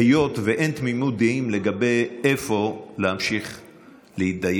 היות שאין תמימות דעים איפה להמשיך להתדיין,